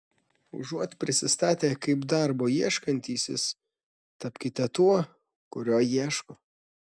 užuot prisistatę kaip darbo ieškantysis tapkite tuo kurio ieško